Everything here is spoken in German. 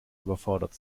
überfordert